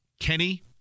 kenny